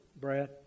Brad